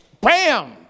bam